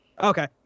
Okay